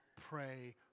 pray